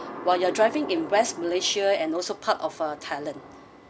while you're driving in west malaysia and also part of uh thailand